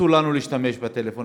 אסור לנו להשתמש בטלפון.